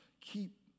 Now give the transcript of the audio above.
keep